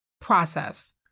process